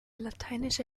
lateinische